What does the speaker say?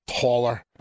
taller